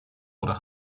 oder